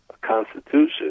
constitution—